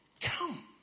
Come